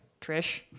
Trish